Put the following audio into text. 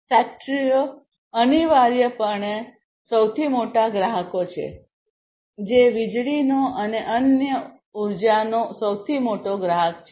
ફેક્ટરીઓ અનિવાર્યપણે સૌથી મોટા ગ્રાહકો છે જે વીજળીનો અને અન્ય ઉર્જાનો સૌથી મોટો ગ્રાહક છે